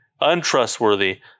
untrustworthy